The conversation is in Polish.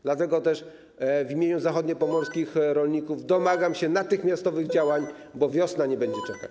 Dlatego też w imieniu zachodniopomorskich rolników domagam się natychmiastowych działań, bo wiosna nie będzie czekać.